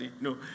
No